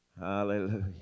Hallelujah